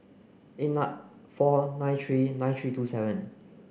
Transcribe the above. eight nut four nine three nine three two seven